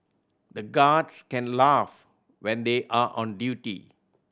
the guards can laugh when they are on duty